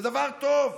זה דבר טוב.